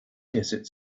desert